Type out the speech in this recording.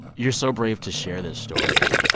you're so brave to share this story.